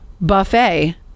buffet